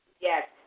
yes